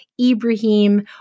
Ibrahim